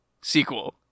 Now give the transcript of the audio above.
sequel